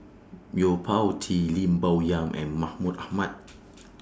Yo Po Tee Lim Bo Yam and Mahmud Ahmad